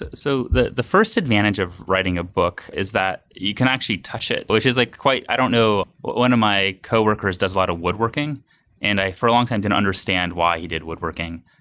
so, the the first advantage of writing a book is that you can actually touch it, which is like quite i don't know one of my coworkers does a lot of woodworking and i for longtime didn't understand why he did woodworking.